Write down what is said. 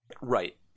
Right